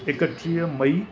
एकटीह मई